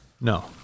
No